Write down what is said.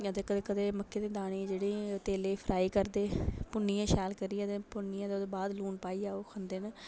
अदे कदें कदें मक्कें दे दानें तेलै च फ्राई करदे भुन्नियै शैल करियै ते भुन्नियै ते ओह्दे बाद लून पाइयै ओह् खंदे न